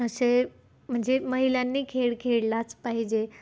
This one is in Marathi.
असे म्हणजे महिलांनी खेळ खेळलाच पाहिजे